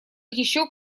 еще